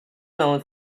known